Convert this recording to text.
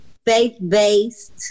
Faith-based